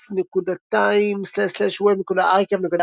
http//chayden.net/eliza/Eliza.shtml בשפת C על